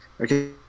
Okay